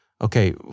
Okay